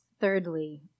Thirdly